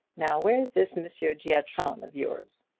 now where's this monsieur giatron of yours?